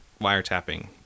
wiretapping